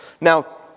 Now